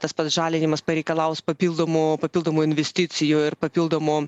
tas pats žalinimas pareikalaus papildomų papildomų investicijų ir papildomų